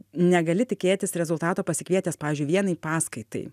negali tikėtis rezultato pasikvietęs pavyzdžiui vienai paskaitai